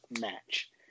match